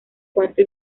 cuanto